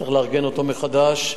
צריך לארגן אותו מחדש.